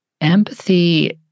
empathy